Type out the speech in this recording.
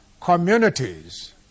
communities